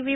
V